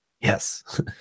yes